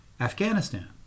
Afghanistan